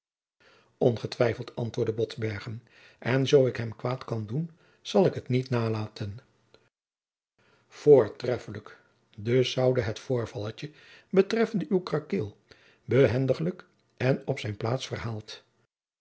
ongetwijfeld antwoordde botbergen en zoo ik hem kwaad kan doen zal ik het niet nalaten voortreffelijk dus zoude het voorvalletje betreffende uw krakkeel behendiglijk en op zijne plaats verhaald